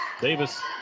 Davis